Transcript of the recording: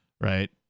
right